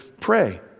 pray